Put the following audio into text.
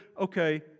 okay